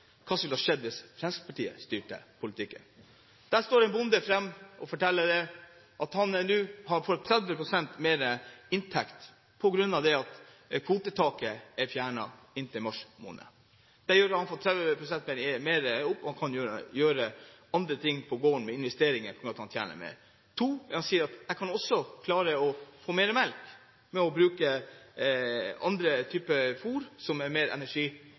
hva som ville ha skjedd hvis Fremskrittspartiet styrte politikken. Der står en bonde fram og forteller at han nå har fått 30 pst. mer inntekt, på grunn av at kvotetaket er fjernet inntil mars måned. Denne økningen i inntekt gjør at han kan gjøre andre ting på gården, med tanke på investeringer. Han sier at han kan også klare å få mer melk med å bruke et annet type fôr, som er mer